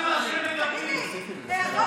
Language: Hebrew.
תגיד לי,